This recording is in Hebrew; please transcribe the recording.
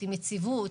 יציבות,